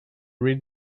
read